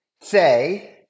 say